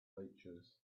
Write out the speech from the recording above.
features